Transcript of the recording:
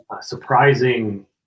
surprising